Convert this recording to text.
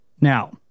Now